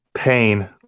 pain